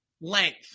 length